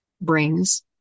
brings